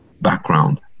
background